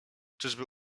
czyżby